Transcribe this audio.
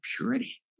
purity